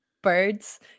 birds